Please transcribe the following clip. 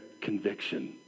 conviction